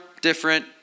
different